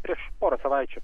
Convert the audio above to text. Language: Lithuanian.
prieš porą savaičių